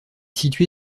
situé